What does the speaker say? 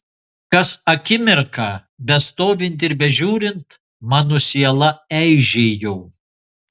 kas akimirką bestovint ir bežiūrint mano siela eižėjo